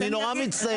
אני נורא מצטער.